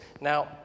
Now